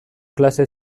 klase